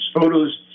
photos